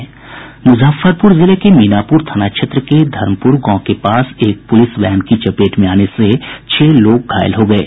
मूजफ्फरपूर जिले के मीनापूर थाना क्षेत्र के धर्मपूर गांव के पास एक पूलिस वैन की चपेट में आने से छह लोग घायल हो गये